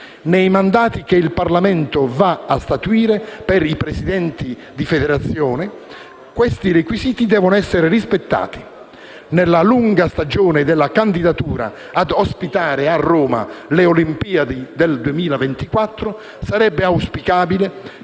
Nei mandati che il Parlamento si accinge a statuire per i Presidenti di federazione, questi requisiti devono essere rispettati. Nella lunga stagione della candidatura a ospitare a Roma le Olimpiadi del 2024 sarebbe auspicabile